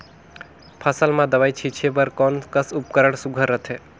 फसल म दव ई छीचे बर कोन कस उपकरण सुघ्घर रथे?